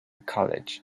college